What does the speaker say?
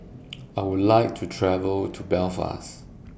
I Would like to travel to Belfast